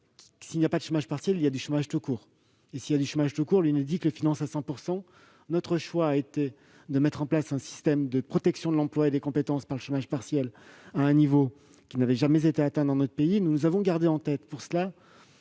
s'il n'y a pas de chômage partiel, il y a du chômage tout court ; s'il y a du chômage tout court, l'Unédic le finance à 100 %. Notre choix a donc été de mettre en place un système de protection de l'emploi et des compétences par le chômage partiel à un niveau qui n'avait jamais été atteint dans notre pays. En effet, nous avons gardé en tête le